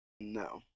No